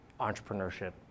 entrepreneurship